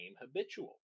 habitual